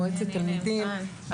מועצת תלמידים,